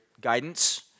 guidance